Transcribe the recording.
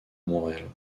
montréal